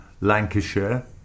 Lancashire